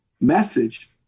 message